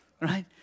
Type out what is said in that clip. right